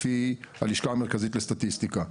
לפי הלשכה המרכזית לסטטיסטיקה,